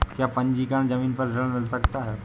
क्या पंजीकरण ज़मीन पर ऋण मिल सकता है?